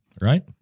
right